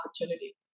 opportunity